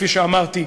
כפי שאמרתי,